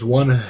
one